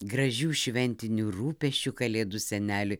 gražių šventinių rūpesčių kalėdų seneliui